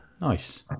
nice